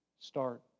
start